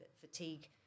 fatigue